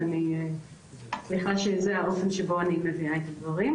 אז אני סליחה שזה האופן שבו אני מביאה את הדברים.